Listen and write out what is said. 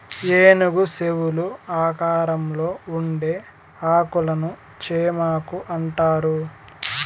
ఏనుగు చెవుల ఆకారంలో ఉండే ఆకులను చేమాకు అంటారు